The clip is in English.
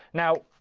now.